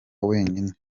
wenyine